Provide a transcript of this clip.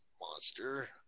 Monster